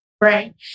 Right